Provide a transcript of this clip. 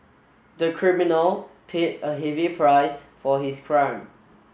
the criminal paid a heavy price for his crime